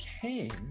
came